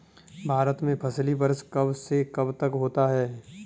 भारत में फसली वर्ष कब से कब तक होता है?